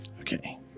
okay